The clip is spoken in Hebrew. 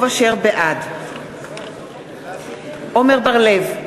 בעד עמר בר-לב,